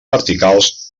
verticals